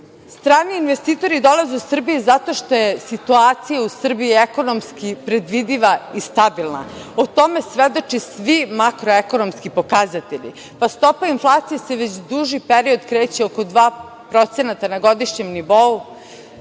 investitori dolaze u Srbiju zato što je situacija u Srbiji ekonomski predvidiva i stabilna. O tome svedoči svi makroekonomski pokazatelji. Stopa inflacije se već duži period kreće oko 2% na godišnjem nivou.